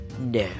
no